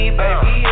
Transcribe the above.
baby